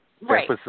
Right